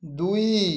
ଦୁଇ